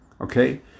Okay